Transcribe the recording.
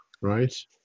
right